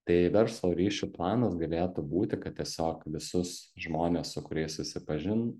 tai verslo ryšių planas galėtų būti kad tiesiog visus žmones su kuriais susipažin